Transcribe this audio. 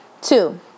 Two